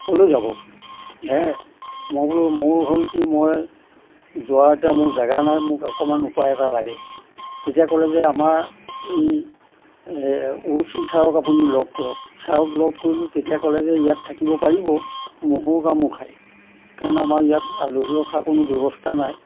ক'লৈ যাব হে মই বোলো মোৰ হ'ল কি মই যোৱাৰ এতিয়া মোৰ জাগা নাই মোক অকণমান উপায় এটা লাগে তেতিয়া ক'লে যে আমাৰ এই অ'চি চাৰক আপুনি লগ কৰক চাৰক লগ কৰিলোঁ তেতিয়া ক'লে যে ইয়াত থাকিব পাৰিব মহৰ কামোৰ খাই কাৰণ আমাৰ ইয়াত আলহী ৰখাৰ কোনো ব্যৱস্থা নাই